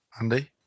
Andy